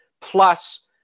Plus